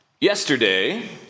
Yesterday